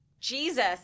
Jesus